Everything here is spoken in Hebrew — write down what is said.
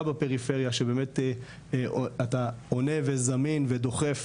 בפריפריה שבאמת אתה עונה וזמין ודוחף,